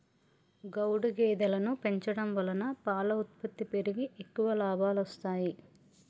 గౌడు గేదెలను పెంచడం వలన పాల ఉత్పత్తి పెరిగి ఎక్కువ లాభాలొస్తాయి